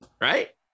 right